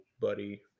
buddy